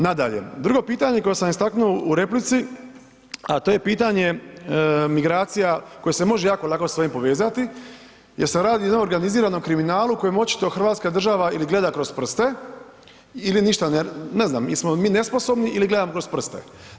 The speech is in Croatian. Nadalje, drugo pitanje koje sam istaknuo u replici a to je pitanje migracija koje se može jako lako sa ovim povezati jer se radi o jednom organiziranom kriminalu kojem očito Hrvatska država ili gleda kroz prste ili ništa ne, ne znam, ili smo mi nesposobni ili gledamo kroz prste.